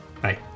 Bye